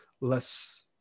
less